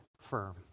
firm